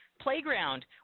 playground